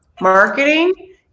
Marketing